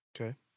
Okay